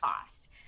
cost